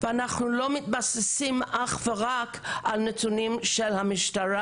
ואנחנו לא מתבססים אך ורק על נתונים של המשטרה.